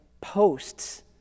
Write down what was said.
posts